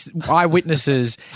eyewitnesses